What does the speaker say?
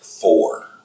Four